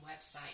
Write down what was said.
website